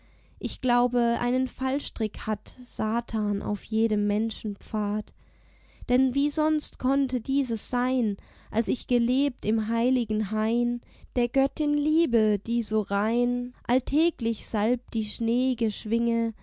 ich glaube einen fallstrick hat satan auf jedem menschenpfad denn wie sonst konnte dieses sein als ich gelebt im heiligen hain der göttin liebe die so rein alltäglich salbt die schneeige schwinge